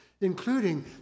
including